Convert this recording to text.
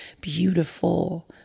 beautiful